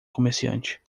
comerciante